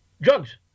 Drugs